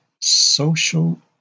social